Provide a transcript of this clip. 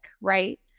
right